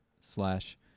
slash